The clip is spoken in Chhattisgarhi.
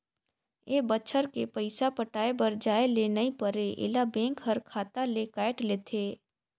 ए बच्छर के पइसा पटाये बर जाये ले नई परे ऐला बेंक हर खाता ले कायट लेथे